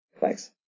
Thanks